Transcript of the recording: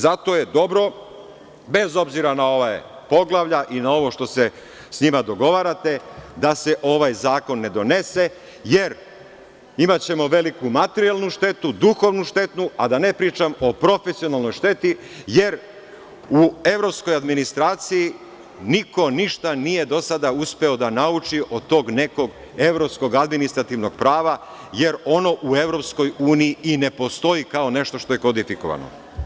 Zato je dobro, bez obzira na ova poglavlja i na ovo što se s njima dogovarate, da se ovaj zakon ne donese, jer imaćemo veliku materijalnu štetu, duhovnu štetu, a da ne pričam o profesionalnoj šteti, jer u evropskoj administraciji niko ništa nije do sada uspeo da nauči od tog nekog evropskog administrativnog prava, jer ono u EU i ne postoji kao nešto što je kodifikovano.